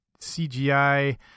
CGI